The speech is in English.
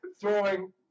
throwing